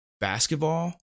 basketball